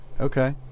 Okay